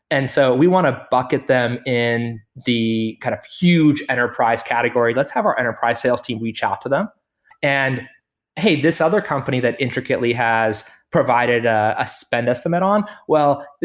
and so we want to bucket them in the kind of huge enterprise category. let's have our enterprise sales team reach out to them and hey, this other company that intricately has provided a spend estimate on, well,